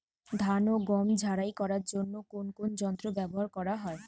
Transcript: ধান ও গম ঝারাই করার জন্য কোন কোন যন্ত্র ব্যাবহার করা হয়?